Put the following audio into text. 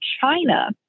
China